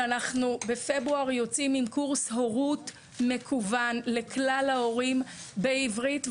שאנחנו בפברואר יוצאים עם קורס הורות מקוון לכלל ההורים בעברית,